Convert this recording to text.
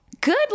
Good